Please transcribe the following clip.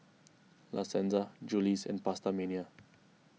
La Senza Julie's and PastaMania